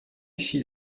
ici